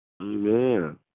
Amen